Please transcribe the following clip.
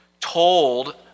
told